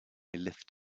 lift